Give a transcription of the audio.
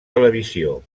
televisió